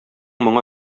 моңа